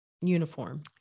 Uniform